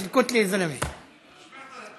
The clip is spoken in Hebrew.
לא ברור.)